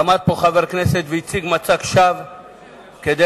עמד פה חבר הכנסת והציג מצג שווא כדי